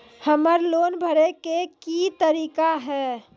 हमरा लोन भरे के की तरीका है?